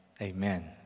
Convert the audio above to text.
amen